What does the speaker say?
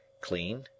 clean